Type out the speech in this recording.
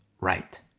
right